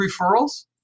referrals